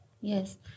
Yes